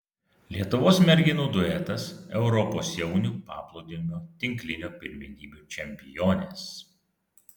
lietuvos merginų duetas europos jaunių paplūdimio tinklinio pirmenybių čempionės